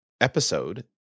episode